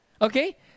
Okay